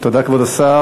תודה, כבוד השר.